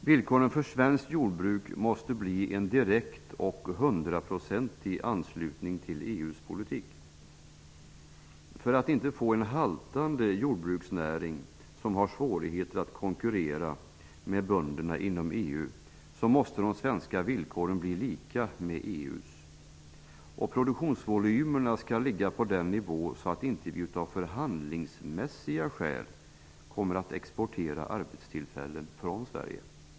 Villkoren för svenskt jordbruk måste bli en direkt och 100-procentig anslutning till EU:s politik. För att inte få en haltande jordbruksnäring som har svårigheter att konkurrera med bönderna inom EU måste de svenska villkoren bli lika med EU:s. Produktionsvolymerna skall ligga på en sådan nivå att vi inte av förhandlingsmässiga skäl måste exportera arbetstillfällen från Sverige.